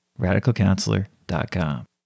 RadicalCounselor.com